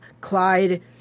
Clyde